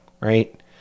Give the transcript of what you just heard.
right